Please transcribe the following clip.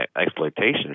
exploitation